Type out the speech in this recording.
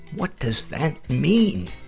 what does that mean?